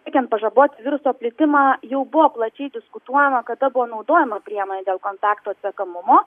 siekiant pažaboti viruso plitimą jau buvo plačiai diskutuojama kada buvo naudojama priemonė dėl kontaktų atsekamumo